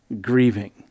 grieving